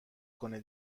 کنه